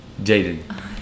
Jaden